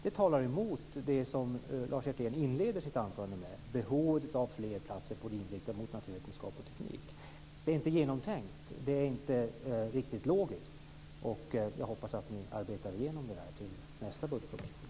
Det talar emot det som Lars Hjertén inledde sitt anförande med: behovet av fler platser inriktade mot naturvetenskap och teknik. Det är inte genomtänkt och inte riktigt logiskt. Jag hoppas att ni arbetar igenom detta till nästa budgetproposition.